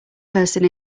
person